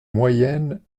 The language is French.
moyenne